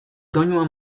doinua